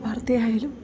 വാർത്ത ആയാലും